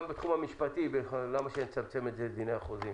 גם בתחום המשפטי - למה שנצמצם את זה לדיני החוזים?